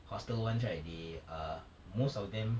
hostel ones right they uh most of them